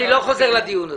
אני לא חוזר לדיון הזה.